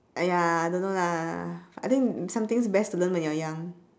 !aiya! don't know lah I think some things best to learn when you are young